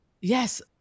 Yes